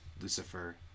lucifer